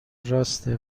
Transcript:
راسته